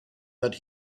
that